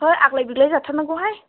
है आग्लाय बिग्लाय जाथारनांगौहाय